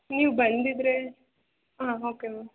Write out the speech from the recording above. ನೀವು ಬಂದಿದ್ದರೆ ಹಾಂ ಓಕೆ ಮ್ಯಾಮ್